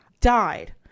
died